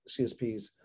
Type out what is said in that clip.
CSPs